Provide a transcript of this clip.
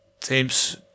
teams